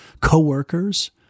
coworkers